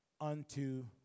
unto